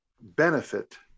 benefit